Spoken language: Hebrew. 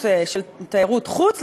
תיירות חוץ,